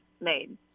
made